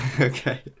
Okay